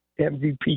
MVP